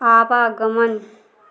आवागमन